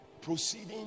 proceeding